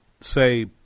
say